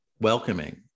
welcoming